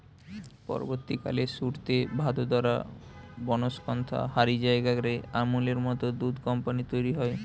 পরবর্তীকালে সুরতে, ভাদোদরা, বনস্কন্থা হারি জায়গা রে আমূলের মত দুধ কম্পানী তইরি হয়